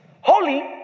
Holy